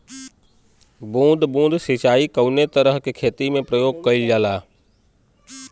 बूंद बूंद सिंचाई कवने तरह के खेती में प्रयोग कइलजाला?